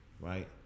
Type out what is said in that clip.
Right